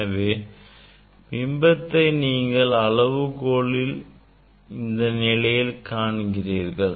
எனவே பிம்பத்தை நீங்கள் அளவுகோலின் இந்த நிலையில் காண்கிறீர்கள்